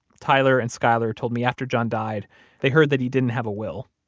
tyler and skyler told me after john died they heard that he didn't have a will,